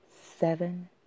seven